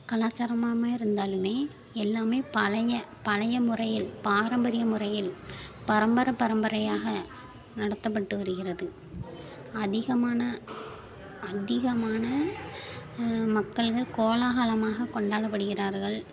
கலாச்சாரமாக இருந்தாலுமே எல்லாம் பழைய பழைய முறையில் பாரம்பரிய முறையில் பரம்பர பரம்பரையாக நடத்தப்பட்டு வருகிறது அதிகமான அதிகமான மக்கள்கள் கோலாகலமாக கொண்டாடப்படுகிறார்கள்